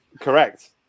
Correct